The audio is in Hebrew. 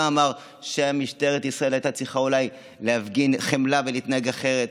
גם אמר שמשטרת ישראל הייתה צריכה אולי להפגין חמלה ולהתנהג אחרת.